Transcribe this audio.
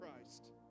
Christ